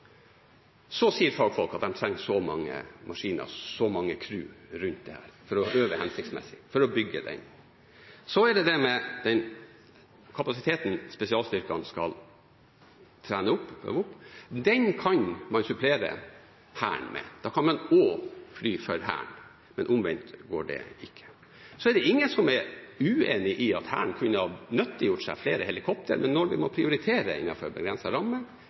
Så sier fagfolk at de trenger så mange maskiner – så mange crew – rundt dette for å øve hensiktsmessig, for å bygge den kapasiteten. Den kapasiteten spesialstyrkene skal trene opp, øve opp, kan man supplere Hæren med, da kan man også fly for Hæren. Men omvendt går det ikke. Det er ingen som er uenig i at Hæren kunne ha nyttiggjort seg flere helikoptre, men når vi må prioritere innenfor begrensede rammer,